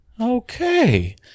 Okay